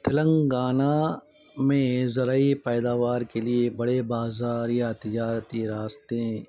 تلنگانہ میں زرعی پیداوار کے لیے بڑے بازار یا تجارتی راستے